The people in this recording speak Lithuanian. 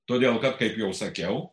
todėl kad kaip jau sakiau